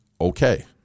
Okay